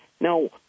Now